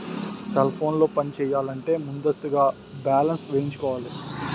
cell ఫోన్లు పనిచేయాలంటే ముందస్తుగా బ్యాలెన్స్ వేయించుకోవాలి